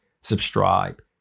subscribe